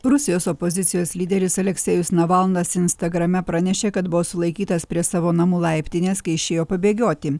rusijos opozicijos lyderis aleksėjus navalnas instagrame pranešė kad buvo sulaikytas prie savo namų laiptinės kai išėjo pabėgioti